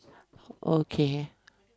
okay